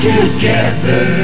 Together